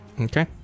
Okay